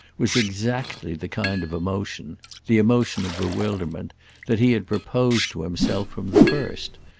was exactly the kind of emotion the emotion of bewilderment that he had proposed to himself from the first,